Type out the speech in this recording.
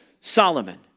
Solomon